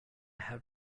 have